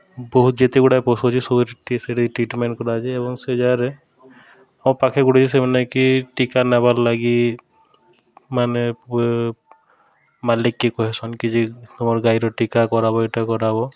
ବହୁତ୍ ଯେତେ ଗୁଡ଼ାଏ ପଶୁ ଅଛେ ସବୁଠି ସେଠି ଟ୍ରିଟ୍ମେଣ୍ଟ୍ କରାଯାଏ ଏବଂ ସେ ଜାଗାରେ ଆଉ ପାଖେ ଗୁଟେ ଅଛେ ସେମାନେ କି ଟୀକା ନେବାର୍ ଲାଗି ମାନେ ମାଲିକ୍କେ କହେସନ୍ କି ତମର୍ ଗାଈର ଟୀକା କରାବ ଇଟା କରାବ